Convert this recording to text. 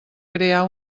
crear